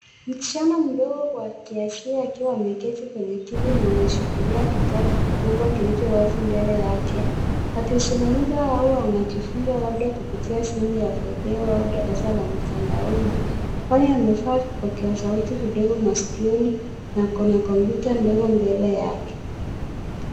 Msichana mdogo wa kiasili akiwa ameketi kwenye kiti na anashikilia kitabu kikubwa kilichowazi mbele yake akizungumza au anajifunza labda kupitia simu ya video au darasa ya mtandaoni kwani amevaa vipokea sauti vidogo maskioni na akona kompyuta ndogo mbele yake.